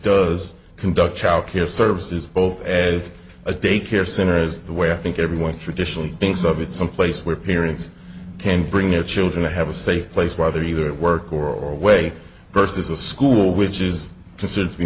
does conduct child care services both as a daycare center as the way i think everyone traditionally thinks of it some place where parents can bring their children to have a safe place whether either at work or way versus a school which is considered to be